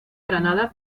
granada